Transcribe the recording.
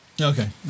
Okay